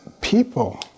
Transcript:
people